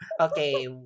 Okay